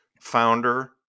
founder